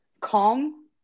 calm